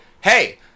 hey